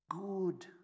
good